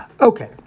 Okay